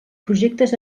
projectes